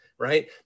Right